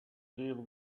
deal